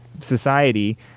society